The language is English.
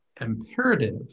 imperative